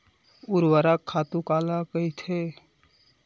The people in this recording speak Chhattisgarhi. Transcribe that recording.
ऊर्वरक खातु काला कहिथे?